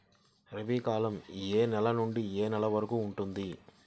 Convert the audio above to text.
రబీ కాలం ఏ నెల నుండి ఏ నెల వరకు ఉంటుంది?